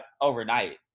overnight